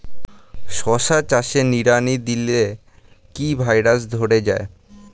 শশা চাষে নিড়ানি দিলে কি ভাইরাস ধরে যায়?